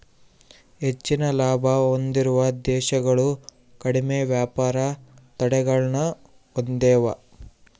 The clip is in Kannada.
ಹೆಚ್ಚಿನ ಲಾಭ ಹೊಂದಿರುವ ದೇಶಗಳು ಕಡಿಮೆ ವ್ಯಾಪಾರ ತಡೆಗಳನ್ನ ಹೊಂದೆವ